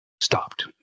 stopped